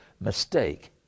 mistake